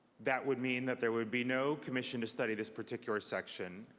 that would mean that there would be no commission to study this particular section.